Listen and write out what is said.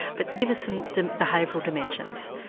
but give us some behavioural dimensions.